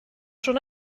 schon